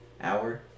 hour